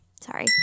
Sorry